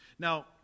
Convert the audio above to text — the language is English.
Now